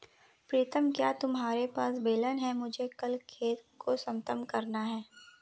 प्रीतम क्या तुम्हारे पास बेलन है मुझे कल खेत को समतल करना है?